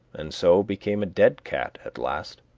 and so became a dead cat at last.